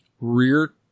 rear